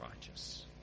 righteous